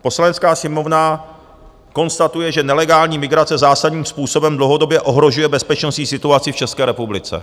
Poslanecká sněmovna konstatuje, že nelegální migrace zásadním způsobem dlouhodobě ohrožuje bezpečnostní situaci v České republice.